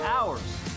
hours